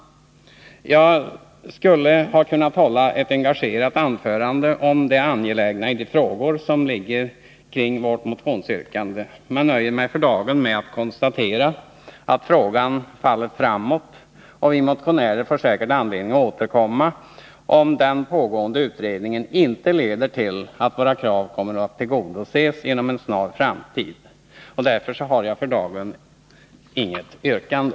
Jag skulle ha kunnat hålla ett engagerat anförande om det angelägna i de frågor som ligger kring vårt motionsyrkande men nöjer mig för dagen med att konstatera att frågan fallit framåt. Och vi motionärer får säkert anledning att återkomma, om den pågående utredningen inte leder till att våra krav kommer att tillgodoses inom en snar framtid. Därför har jag inte just nu något yrkande.